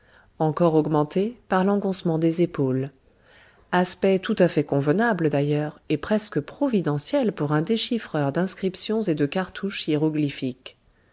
encore augmentée par l'enfoncement des épaules aspect tout à fait convenable d'ailleurs et presque providentiel pour un déchiffreur d'inscriptions et de cartouches hiéroglyphiques